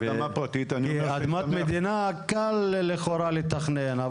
כי אדמת מדינה קל לכאורה לתכנן,